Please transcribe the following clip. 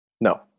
No